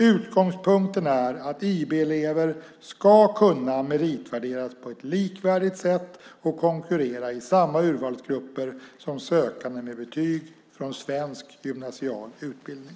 Utgångspunkten är att IB-elever ska kunna meritvärderas på ett likvärdigt sätt och konkurrera i samma urvalsgrupper som sökande med betyg från svensk gymnasial utbildning.